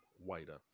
wider